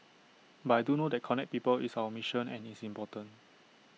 but I do know that connect people is our mission and it's important